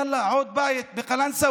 יאללה, עוד בית בקלנסווה.